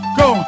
go